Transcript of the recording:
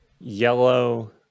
yellow